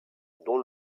dont